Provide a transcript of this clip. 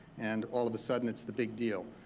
and all of the sudden it's the big deal.